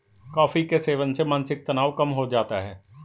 coffee के सेवन से मानसिक तनाव कम हो जाता है